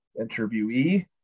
interviewee